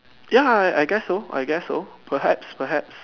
ya I I guess so I guess so perhaps perhaps